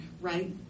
right